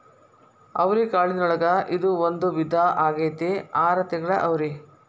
ಅವ್ರಿಕಾಳಿನೊಳಗ ಇದು ಒಂದ ವಿಧಾ ಆಗೆತ್ತಿ ಆರ ತಿಂಗಳ ಅವ್ರಿ